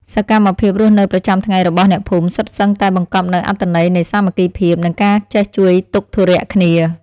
សកម្មភាពរស់នៅប្រចាំថ្ងៃរបស់អ្នកភូមិសុទ្ធសឹងតែបង្កប់នូវអត្ថន័យនៃសាមគ្គីភាព និងការចេះជួយទុក្ខធុរៈគ្នា។